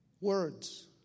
Words